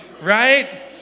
right